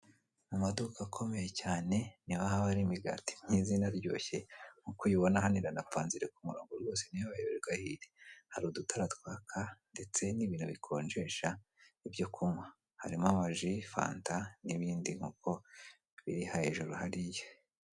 Mu maduka akomeye cyane niho haba hari imigati myiza inaryoshye, nk'uko ubibona hano iranapanze iri ku murongo rwose ntiwayoberwa aho iri. Hari udutara twaka ndetse n'ibiro bikonjesha ibyo kunywa. Harimo amaji, fanta, n'ibindi nkuko biri hejuru hariya.